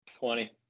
Twenty